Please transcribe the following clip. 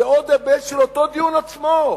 של אותו דיון עצמו.